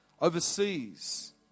Overseas